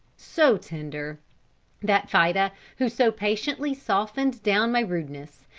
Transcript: so tender that fida, who so patiently softened down my rudeness,